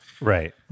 Right